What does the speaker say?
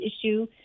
issue